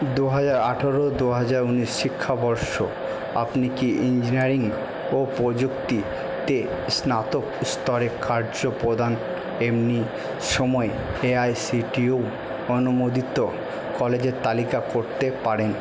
দু হাজার আঠেরো দু হাজার উনিশ শিক্ষাবর্ষ আপনি কি ইঞ্জিনিয়ারিং ও প্রযুক্তিতে স্নাতক স্তরের কার্যপ্রদান এমনি সময় এআইসিটিউ অনুমোদিত কলেজের তালিকা করতে পারেন